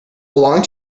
belong